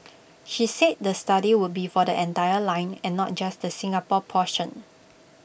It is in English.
she said the study would be for the entire line and not just the Singapore portion